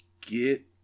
get